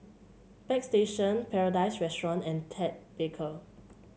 Bagstation Paradise Restaurant and Ted Baker